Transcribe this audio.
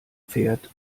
pferd